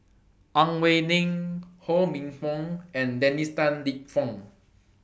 Ang Wei Neng Ho Minfong and Dennis Tan Lip Fong